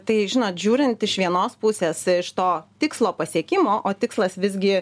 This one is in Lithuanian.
tai žinot žiūrint iš vienos pusės iš to tikslo pasiekimo o tikslas visgi